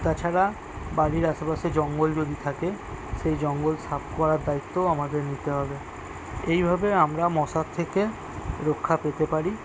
তাছাড়া বাড়ির আশেপাশে জঙ্গল যদি থাকে সেই জঙ্গল সাফ করার দায়িত্বও আমাদের নিতে হবে এইভাবে আমরা মশার থেকে রক্ষা পেতে পারি